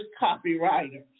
copywriters